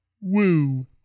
Woo